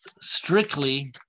strictly